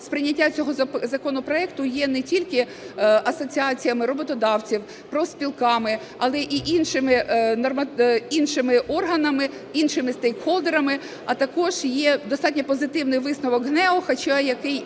сприйняття цього законопроекту є не тільки асоціаціями роботодавців, профспілками, але і іншими органами, іншими стейкхолдерами, а також є достатньо позитивний висновок ГНЕУ, хоча який